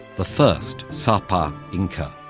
the first sapa inca,